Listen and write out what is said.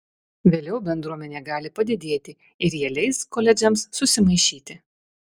vėliau bendruomenė gali padidėti ir jie leis koledžams susimaišyti